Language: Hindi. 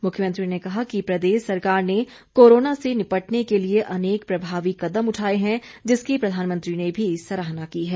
मुख्यमंत्री ने कहा कि प्रदेश सरकार ने कोरोना से निपटने के लिए अनेक प्रभावी कदम उठाए हैं जिसकी प्रधानमंत्री ने भी सराहना की है